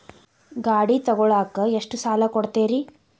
ಗಾಡಿ ತಗೋಳಾಕ್ ಎಷ್ಟ ಸಾಲ ಕೊಡ್ತೇರಿ?